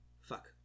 fuck